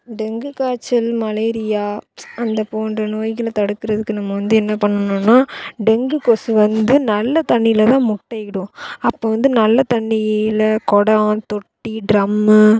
dengue காய்ச்சல் malaria அந்த போன்ற நோய்களை தடுக்கிறதுக்கு நம்ம வந்து என்ன பண்ணணுன்னா டெங்கு கொசு வந்து நல்ல தண்ணியில் தான் முட்டையிடும் அப்போ வந்து நல்ல தண்ணியில் குடம் தொட்டி ட்ரம்மு